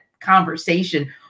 conversation